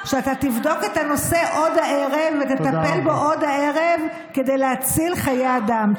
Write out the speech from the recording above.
שאתה תבדוק את הנושא עוד הערב ותטפל בו עוד הערב כדי להציל חיי אדם.